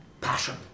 passion